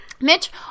Mitch